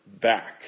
back